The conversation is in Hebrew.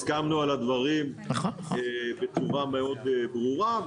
הסכמנו על הדברים בצורה מאוד ברורה,